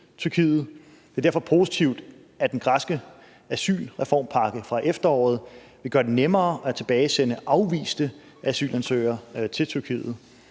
Det er derfor positivt, at den græske asylreformpakke fra efteråret vil gøre det nemmere at tilbagesende afviste asylansøgere til Tyrkiet.